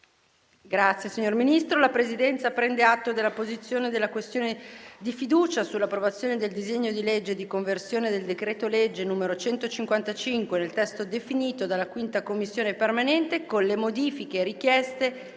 apre una nuova finestra"). La Presidenza prende atto della posizione della questione di fiducia sull'approvazione del disegno di legge di conversione del decreto-legge n. 155, nel testo proposto dalla 5a Commissione permanente, con le modifiche richieste